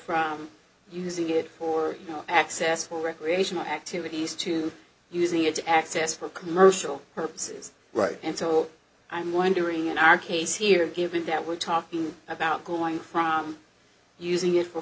from using it for access for recreational activities to using it to access for commercial purposes right and so i'm wondering in our case here given that we're talking about going from using it for